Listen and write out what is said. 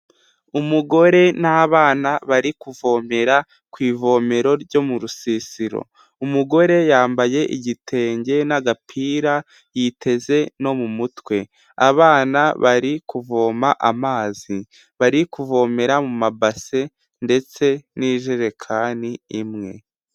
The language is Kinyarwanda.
Umugore n'abana bari kuvomera ku ivomero ryo mu rusisiro, umugore yambaye igitenge n'agapira yiteze no mu mutwe, abana bari kuvoma amazi bari kuvomera mu mabase ndetse n'ijerekani imwe.